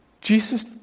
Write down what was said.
Jesus